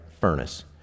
furnace